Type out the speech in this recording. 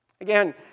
Again